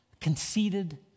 conceited